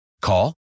Call